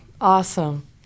awesome